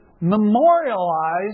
memorialized